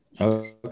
Okay